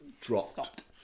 dropped